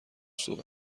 صبح